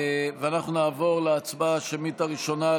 ואנחנו נעבור להצעה השמית הראשונה,